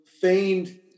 feigned